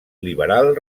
liberal